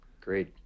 great